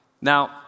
Now